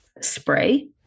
spray